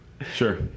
Sure